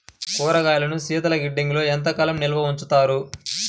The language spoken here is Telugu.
కూరగాయలను శీతలగిడ్డంగిలో ఎంత కాలం నిల్వ ఉంచుతారు?